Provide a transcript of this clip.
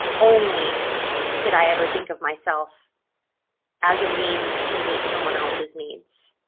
only did i ever think of myself as a means to meet someone else's needs